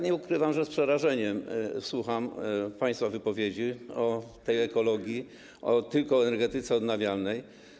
Nie ukrywam, że z przerażeniem słucham państwa wypowiedzi o ekologii, o tylko energetyce odnawialnej.